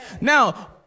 Now